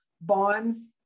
bonds